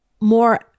more